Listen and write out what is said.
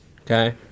Okay